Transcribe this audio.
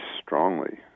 strongly